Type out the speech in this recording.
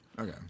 Okay